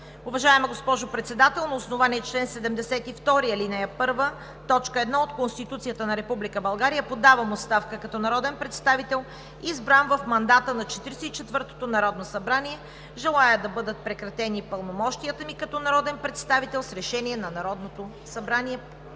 „Уважаема госпожо Председател, на основание чл. 72, ал. 1, т. 1 от Конституцията на Република България подавам оставка като народен представител, избран в мандата на Четиридесет и четвъртото Народно събрание. Желая да бъдат прекратени пълномощията ми като народен представител с решение на Народното събрание.“